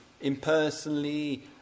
impersonally